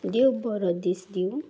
देव बरो दीस दीवं